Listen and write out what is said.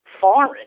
foreign